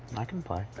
i can play.